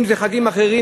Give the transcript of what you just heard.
אם זה חגים אחרים,